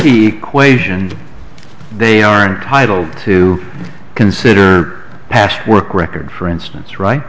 and they are entitled to consider past work record for instance right